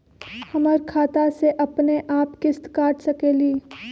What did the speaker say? हमर खाता से अपनेआप किस्त काट सकेली?